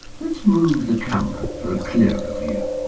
let's move the camera for a clearer view.